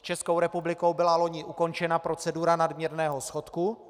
S Českou republikou byla loni ukončena procedura nadměrného schodku.